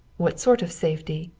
what sort of safety?